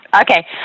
Okay